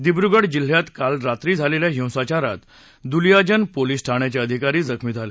दिब्रुगड जिल्ह्यात काल रात्री झालेल्या हिंसाचारात दुलियाजन पोलिस ठाण्याचे अधिकारी जखमी झाले